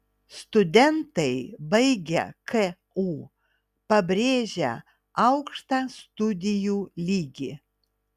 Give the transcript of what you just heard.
studentai baigę ku pabrėžia aukštą studijų lygį